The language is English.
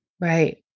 Right